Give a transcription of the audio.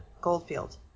Goldfield